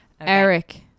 Eric